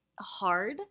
hard